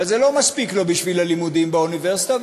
אבל זה לא מספיק לו בשביל הלימודים באוניברסיטה,